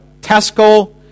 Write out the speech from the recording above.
Tesco